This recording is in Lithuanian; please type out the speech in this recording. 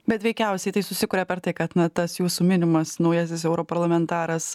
bet veikiausiai tai susikuria per tai kad na tas jūsų minimas naujasis europarlamentaras